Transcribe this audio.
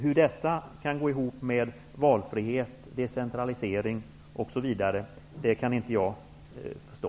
Hur detta kan gå ihop med valfrihet, decentralisering, osv., kan jag inte förstå.